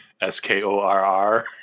S-K-O-R-R